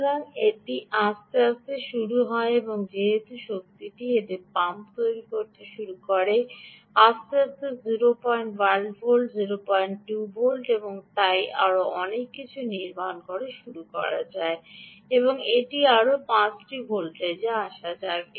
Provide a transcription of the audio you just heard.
সুতরাং এটি আস্তে আস্তে শুরু হয় যেহেতু শক্তিটি এতে পাম্প করে রাখে আস্তে আস্তে 01 ভোল্ট 02 ভোল্ট এবং তাই আরও অনেক কিছু নির্মাণ শুরু করা যাক এবং এটি আরও 5 টি ভোল্টে আসা যাক